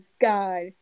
God